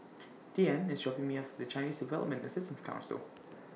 Deeann IS dropping Me off At Chinese Development Assistance Council